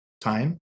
time